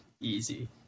easy